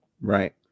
Right